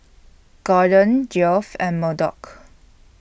Gordon Geoff and Murdock